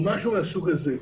או משהו מהסוג הזה.